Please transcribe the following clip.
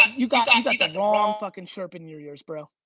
you got and like the wrong fucking chirp in your ears, bro.